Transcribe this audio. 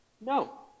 no